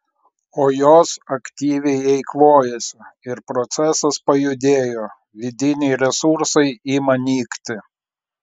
o jos aktyviai eikvojasi ir procesas pajudėjo vidiniai resursai ima nykti